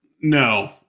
no